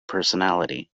personality